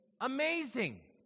amazing